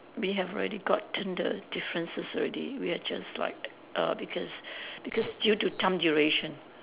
we have already gotten the differences already we are just like uh because because due to time duration